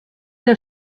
der